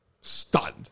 stunned